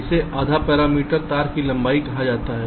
इसे आधा पैरामीटर तार की लंबाई कहा जाता है